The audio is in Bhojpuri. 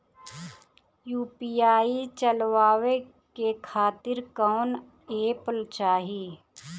यू.पी.आई चलवाए के खातिर कौन एप चाहीं?